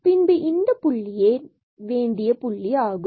பின்பு இந்த புள்ளியே வேண்டிய புள்ளி ஆகும்